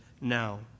now